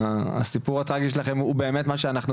והסיפור הטראגי שלכם הוא באמת מה שאנחנו